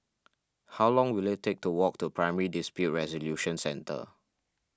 how long will it take to walk to Primary Dispute Resolution Centre